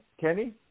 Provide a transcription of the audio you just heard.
Kenny